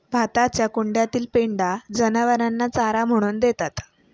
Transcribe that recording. भाताच्या कुंड्यातील पेंढा जनावरांना चारा म्हणून देतात